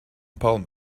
palm